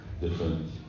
different